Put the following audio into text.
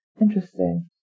Interesting